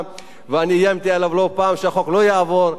ואני איימתי עליו לא פעם שהחוק לא יעבור.